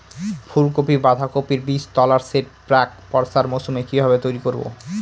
ফুলকপি বাধাকপির বীজতলার সেট প্রাক বর্ষার মৌসুমে কিভাবে তৈরি করব?